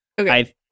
Okay